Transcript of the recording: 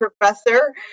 professor